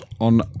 on